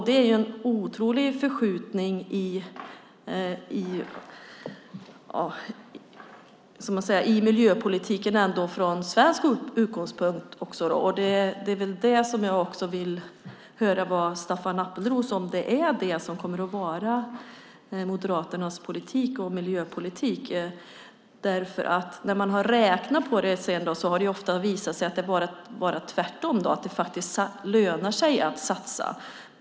Det är ju en otrolig förskjutning i miljöpolitiken från svensk utgångspunkt, och jag vill fråga Staffan Appelros om det är det som kommer att vara Moderaternas miljöpolitik. När man har räknat på det har det nämligen ofta visat sig vara tvärtom - att det faktiskt lönar sig att satsa.